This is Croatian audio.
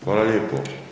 Hvala lijepo.